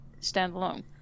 standalone